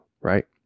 right